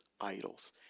idols